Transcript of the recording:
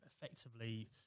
effectively